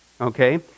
Okay